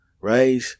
right